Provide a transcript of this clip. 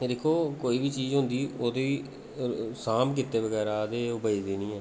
एह् दिक्खो कोई बी चीज होंदी ओह्दी सांभ कीते बगैरा ते ओह् बचदी निं ऐ